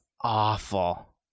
awful